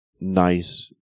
nice